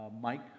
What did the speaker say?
Mike